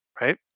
right